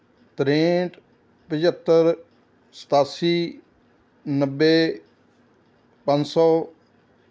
ਤਰੇਂਹਠ ਪਝੱਤਰ ਸਤਾਸੀ ਨੱਬੇ ਪੰਜ ਸੌ